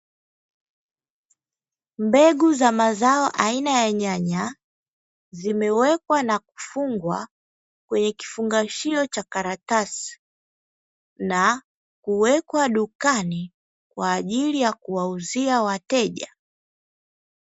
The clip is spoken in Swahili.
Mbegu za mazao aina ya nyanya, zimewekwa na kufungwa kwenye kifungashio cha karatasi na kuwekwa dukani kwa ajili ya kuwauzia wateja.